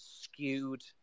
skewed